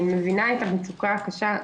אני מבינה את המצוקה הקשה.